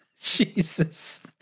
Jesus